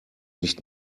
nicht